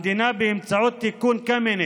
המדינה, באמצעות תיקון קמיניץ,